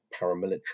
paramilitary